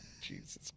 jesus